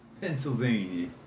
Pennsylvania